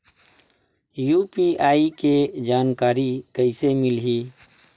UPI के जानकारी कइसे मिलही?